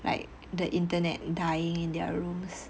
like the internet dying in their rooms